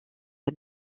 sur